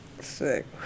Sick